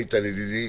איתן ידידי,